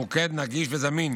המוקד נגיש וזמין